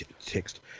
text